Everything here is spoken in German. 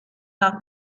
nach